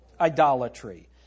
Idolatry